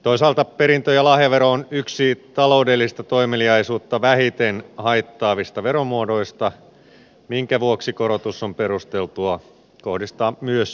toisaalta perintö ja lahjavero on yksi taloudellista toimeliaisuutta vähiten haittaavista veromuodoista minkä vuoksi korotus on perusteltua kohdistaa myös siihen